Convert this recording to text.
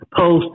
post-